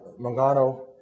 Mangano